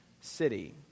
city